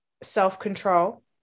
self-control